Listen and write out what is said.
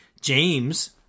James